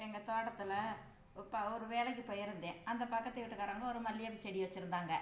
எங்கள் தோட்டத்தில் இப்போ ஒரு வேலைக்கு போயிருந்தேன் அந்த பக்கத்து வீட்டுக்காரவங்க ஒரு மல்லியப்பூ செடி வச்சிருந்தாங்க